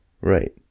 Right